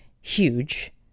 huge